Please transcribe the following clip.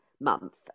month